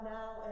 now